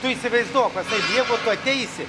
tu įsivaizduok jeigu tu ateisi